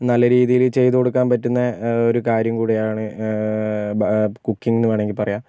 നല്ല രീതിയില് ചെയ്ത് കൊടുക്കാൻ പറ്റുന്ന ഒരു കാര്യം കൂടെ ആണ് കുക്കിങ് എന്ന് വേണമെങ്കിൽ പറയാം